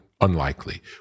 unlikely